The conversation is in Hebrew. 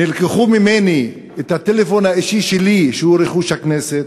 ונלקח ממני הטלפון האישי שלי, שהוא רכוש הכנסת.